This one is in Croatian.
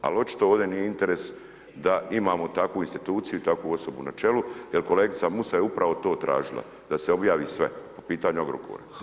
Ali očito ovdje nije interes da imamo takvu instituciju i takvu osobu na čelu jer kolegica Musa je upravo to tražila, da se objavi sve po pitanju Agrokora.